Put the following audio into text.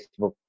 Facebook